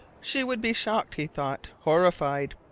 she would be shocked, he thought horrified.